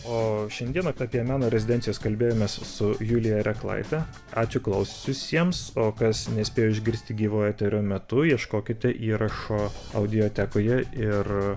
o šiandieną apie meno rezidencijas kalbėjomės su julija reklaite ačiū klausiusiems o kas nespėjo išgirsti gyvo eterio metu ieškokite įrašo audiotekoje ir